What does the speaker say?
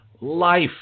life